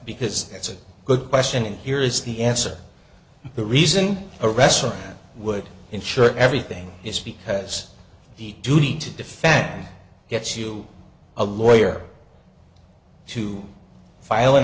because it's a good question and here is the answer the reason a restaurant would insure everything is because the duty to defend gets you a lawyer to file an